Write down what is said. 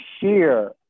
share